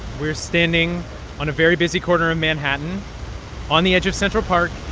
we're standing on a very busy corner in manhattan on the edge of central park